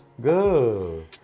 Good